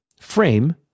frame